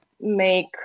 make